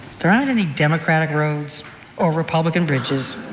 there aren't any democratic roads or republican bridges.